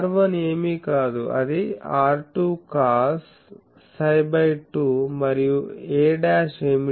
R1 ఏమీ కాదు అది R2 కాస్ psi బై 2 మరియు a' ఏమిటి